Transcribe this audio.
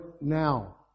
now